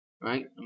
right